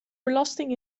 belasting